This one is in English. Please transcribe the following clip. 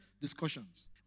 discussions